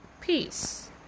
Peace